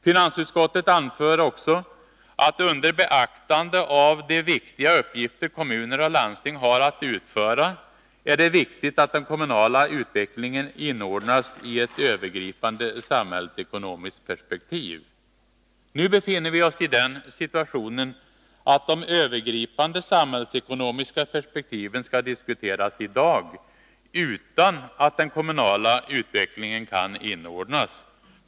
Finansutskottet anför att ”under beaktande av de viktiga uppgifter kommuner och landsting har att utföra är det viktigt att den kommunala utvecklingen inordnas i ett övergripande samhällsekonomiskt perspektiv”. Nu befinner vi oss i den situationen att de övergripande samhällsekonomiska perspektiven skall diskuteras i dag, utan att den kommunala utvecklingen kan inordnas.